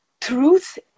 Truth